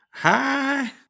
Hi